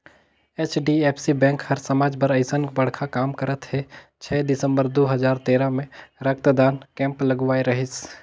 HDFC bank हर समाज बर अइसन बड़खा काम करत हे छै दिसंबर दू हजार तेरा मे रक्तदान के केम्प लगवाए रहीस